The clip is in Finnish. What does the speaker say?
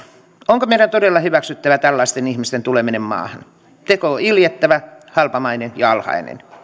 onko meidän todella hyväksyttävä tällaisten ihmisten tuleminen maahan teko on iljettävä halpamainen ja alhainen